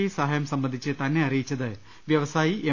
E സഹായം സംബന്ധിച്ച് തന്നെ അറി യിച്ചത് വ്യവസായി എം